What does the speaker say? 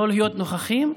לא להיות נוכחים.